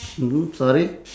mmhmm sorry